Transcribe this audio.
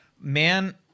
Man